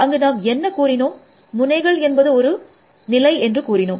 அங்கு நாம் என்ன கூறினோம் முனைகள் என்பது ஒரு நிலை என்று கூறினோம்